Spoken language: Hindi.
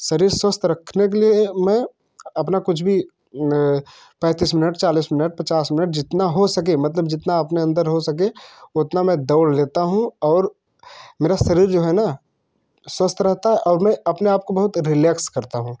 शरीर स्वस्थ रखने के लिए मैं अपना कुछ भी पैंतीस मिनट चालीस मिनट पच्चास मिनट जितना हो सके मतलब जितना अपने अंदर हो सके उतना में दौड़ लेता हूँ और मेरा शरीर जो है ना स्वस्थ रहता है और अपने आपको बहुत रिलैक्स करता हूँ